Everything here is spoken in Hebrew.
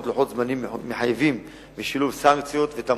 לוחות זמנים מחייבים בשילוב סנקציות ותמריצים.